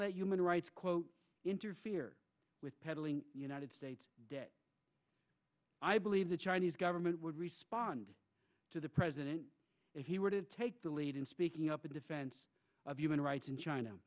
let human rights quote interfere with peddling the united states i believe the chinese government would respond to the president if he were to take the lead in speaking up in defense of human rights in china